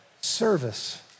service